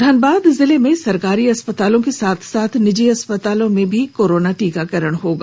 धनबाद जिले में सरकारी अस्पतालों के साथ साथ निजी अस्पतालों में भी कोरोना टीकाकरण होगा